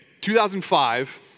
2005